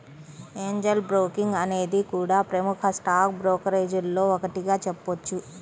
Angel Broking అనేది కూడా ప్రముఖ స్టాక్ బ్రోకరేజీల్లో ఒకటిగా చెప్పొచ్చు